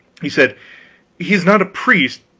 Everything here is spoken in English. he said he is not a priest,